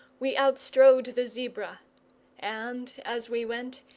we outstrode the zebra and, as we went,